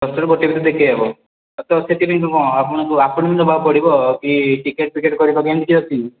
ଦଶଟାରୁ ଗୋଟେ ଭିତରେ ଦେଖାଇ ହବ ତ ସେଥିପାଇଁ କ'ଣ ଆପଣଙ୍କୁ ଆପଏଣ୍ଟମେଣ୍ଟ ଦେବାକୁ ପଡ଼ିବ କି ଟିକେଟ୍ ଫିକେଟ୍ କରିବା ପାଇଁ କିଛି ଅଛି